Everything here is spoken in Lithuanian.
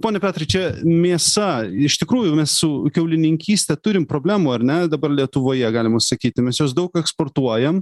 pone petrai čia mėsa iš tikrųjų mes su kiaulininkyste turim problemų ar ne dabar lietuvoje galima sakyti mes jos daug eksportuojam